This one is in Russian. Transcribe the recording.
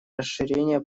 расширение